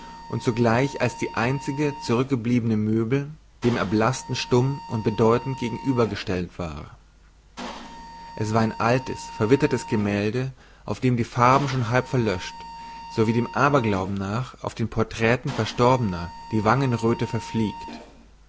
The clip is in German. und zugleich als die einzige zurückgebliebene möbel dem erblaßten stumm und bedeutend gegenübergestellt war es war ein altes verwittertes gemälde auf dem die farben schon halb verlöscht so wie dem aberglauben nach auf den portraiten verstorbener die wangenröte verfliegt